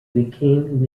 became